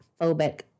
phobic